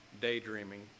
daydreaming